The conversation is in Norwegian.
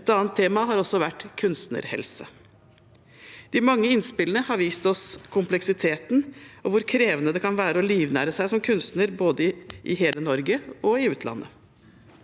Et annet tema har også vært kunstnerhelse. De mange innspillene har vist oss kompleksiteten og hvor krevende det kan være å livnære seg som kunstner både i hele Norge og i utlandet.